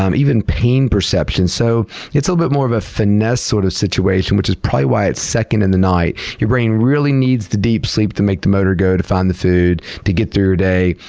um even pain perception. so, it's a little bit more of a finesse sort of situation, which is probably why it's second in the night. your brain really needs the deep sleep to make the motor go, to find the food, to get through your day.